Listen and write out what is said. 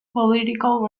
political